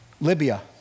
Libya